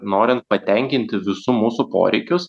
norint patenkinti visų mūsų poreikius